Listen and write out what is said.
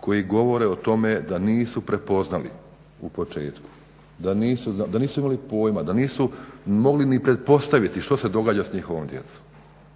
koji govore o tome da nisu prepoznali u početku, da nisu imali pojma, da nisu mogli ni pretpostaviti što se događa s njihovom djecom.